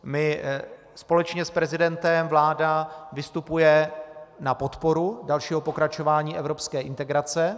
My společně s prezidentem, vláda vystupuje na podporu dalšího pokračování evropské integrace.